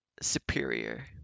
superior